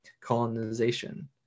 colonization